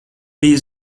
bija